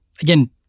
Again